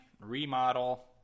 remodel